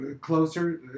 closer